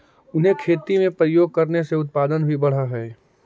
उन्हें खेती में प्रयोग करने से उत्पादन भी बढ़अ हई